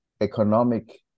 economic